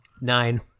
Nine